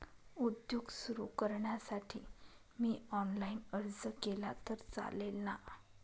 उद्योग सुरु करण्यासाठी मी ऑनलाईन अर्ज केला तर चालेल ना?